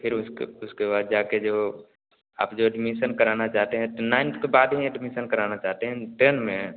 फिर उसक उसके बाद जाकर जो आप जो एडमिसन कराना चाहते हैं तो नाइंथ के बाद हीं एडमिसन कराना चाहते हैं टेन में